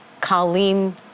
Colleen